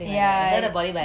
ya